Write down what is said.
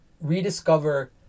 rediscover